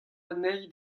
anezhi